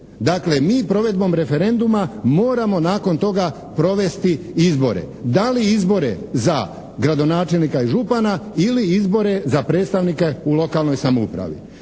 Dakle mi provedbom referenduma moramo nakon toga provesti izbore. Da li izbore za gradonačelnika i župana ili izbore za predstavnike u lokalnoj samoupravi?